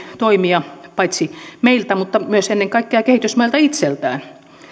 toimia paitsi meiltä myös ennen kaikkea kehitysmailta itseltään